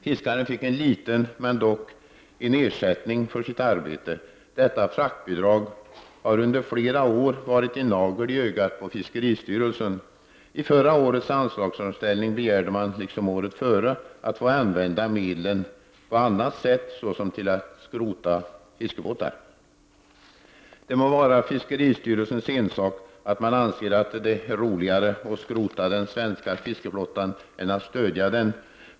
Fiskaren fick en, låt vara liten, ersättning för sitt arbete. Detta fraktbidrag har under flera år varit en nagel i ögat på fiskeristyrelsen. I förra årets anslagsframställning begärde man, liksom året före, att få använda medlen på annat sätt, t.ex. att skrota fiskebåtar. Det må vara fiskeristyrelsens ensak att anse att det är roligare att skrota den svenska fiskeflottan än att stödja den.